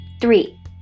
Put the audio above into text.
Three